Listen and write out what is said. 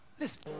Listen